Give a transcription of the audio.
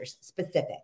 specific